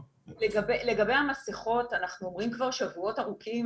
לגבי המסכות: אנחנו אומרים כבר שבועות ארוכים